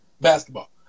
Basketball